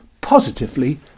positively